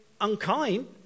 unkind